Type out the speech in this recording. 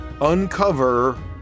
uncover